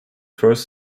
first